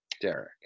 Derek